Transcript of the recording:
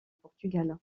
portugal